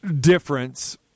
difference